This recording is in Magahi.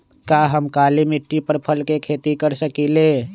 का हम काली मिट्टी पर फल के खेती कर सकिले?